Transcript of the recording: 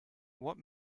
what